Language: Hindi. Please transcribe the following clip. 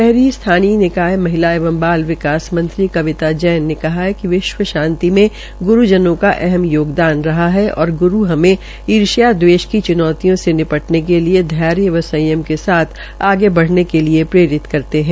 शहरी स्थानीय निकाय महिला व बाल विकास मंत्री कविता जैन ने कहा कि विश्व शांति में ग्रूजनों को अहम योगदान रहा है और ग्रू हमें ईष्या दवेष की चूनौतियों से निपटने के लिए धैर्य व संयम के साथ आगे बढ़ने के लिए प्रेरित करते है